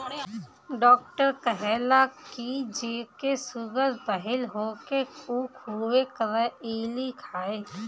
doctor कहेला की जेके सुगर भईल होखे उ खुबे करइली खाए